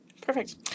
Perfect